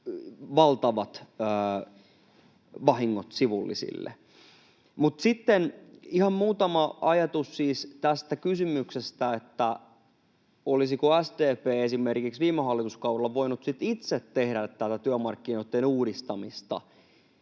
valtavat vahingot sivullisille? Sitten ihan muutama ajatus tästä kysymyksestä, olisiko SDP esimerkiksi viime hallituskaudella voinut itse tehdä tätä työmarkkinoitten uudistamista